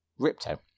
Ripto